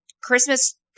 christmas